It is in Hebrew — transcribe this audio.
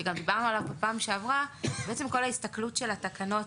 שגם דיברנו עליו בפעם שעברה: בעצם כל ההסתכלות של התקנות,